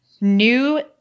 new